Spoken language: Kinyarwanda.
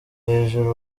hejuru